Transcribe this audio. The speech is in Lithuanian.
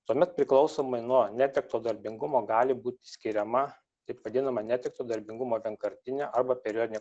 tuomet priklausomai nuo netekto darbingumo gali būti skiriama taip vadinama netekto darbingumo vienkartinė arba periodinė